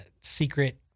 secret